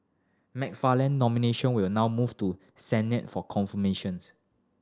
Mc Farland nomination will now move to Senate for confirmations